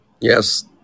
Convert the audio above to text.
Yes